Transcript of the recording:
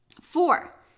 Four